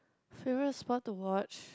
favorite sport to watch